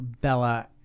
Bella